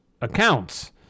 accounts